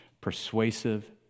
Persuasive